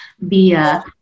via